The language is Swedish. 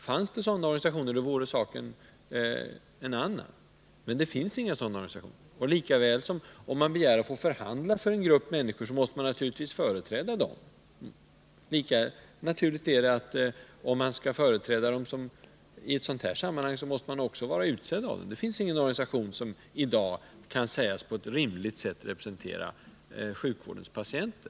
Funnes det sådana organisationer vore saken en annan. Om man begär att få förhandla för en grupp människor, måste man naturligtvis företräda dem. Lika naturligt är det att man måste vara utsedd av dem som man skall företräda i ett sådant här sammanhang. Det finns i dag ingen organisation som kan sägas på ett rimligt sätt representera sjukvårdens patienter.